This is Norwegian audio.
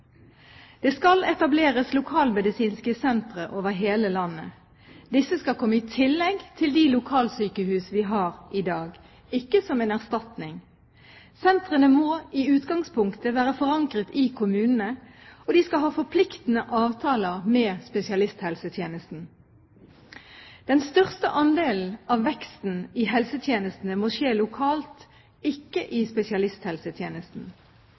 Det skal etableres lokalmedisinske sentre over hele landet. Disse skal komme i tillegg til de lokalsykehus vi har i dag, ikke som en erstatning. Sentrene må i utgangspunktet være forankret i kommunene, og de skal ha forpliktende avtaler med spesialisthelsetjenesten. Den største andelen av veksten i helsetjenestene må skje lokalt, ikke i spesialisthelsetjenesten.